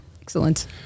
Excellent